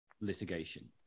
litigation